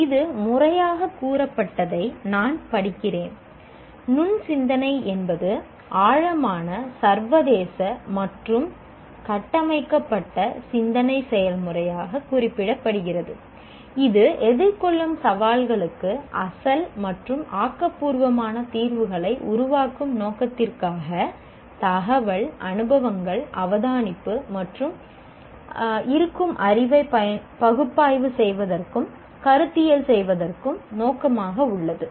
இது முறையாக கூறப்பட்டதை நான் படிக்கிறேன் நுண் சிந்தனை என்பது ஆழமான சர்வதேச மற்றும் கட்டமைக்கப்பட்ட சிந்தனை செயல்முறையை குறிக்கிறது இது எதிர்கொள்ளும் சவால்களுக்கு அசல் மற்றும் ஆக்கபூர்வமான தீர்வுகளை உருவாக்கும் நோக்கத்திற்காக தகவல் அனுபவங்கள் அவதானிப்பு மற்றும் இருக்கும் அறிவை பகுப்பாய்வு செய்வதற்கும் கருத்தியல் செய்வதற்கும் நோக்கமாக உள்ளது